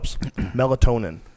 melatonin